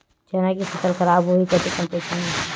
चना के फसल खराब होही कतेकन पईसा मिलही?